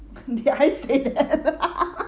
did I say that